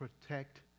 protect